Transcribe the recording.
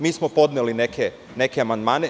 Mi smo podneli neke amandmane.